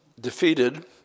defeated